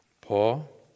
paul